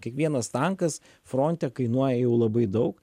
kiekvienas tankas fronte kainuoja jau labai daug